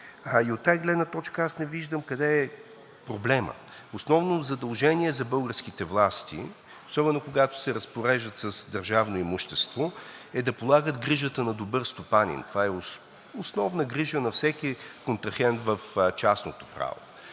и от тази гледна точка не виждам къде е проблемът. Основно задължение за българските власти, особено когато се разпореждат с държавно имущество, е да полагат грижата на добър стопанин. Това е основна грижа на всеки контрагент в частното право.